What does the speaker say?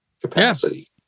capacity